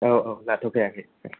औ औ लाथ'खायाखै